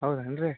ಹೌದೇನು ರೀ